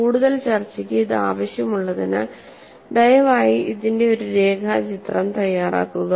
കൂടുതൽ ചർച്ചയ്ക്ക് ഇത് ആവശ്യമുള്ളതിനാൽ ദയവായി ഇതിന്റെ ഒരു രേഖാചിത്രം തയ്യാറാക്കുക